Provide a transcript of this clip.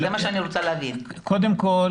קודם כל,